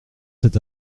cet